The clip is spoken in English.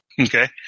Okay